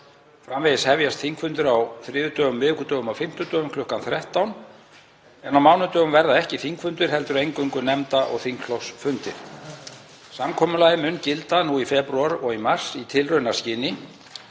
Framvegis hefjast þingfundir á þriðjudögum, miðvikudögum og fimmtudögum kl. 13 en á mánudögum verða ekki þingfundir heldur eingöngu nefnda- og þingflokksfundir. Samkomulagið mun gilda nú í febrúar og mars í tilraunaskyni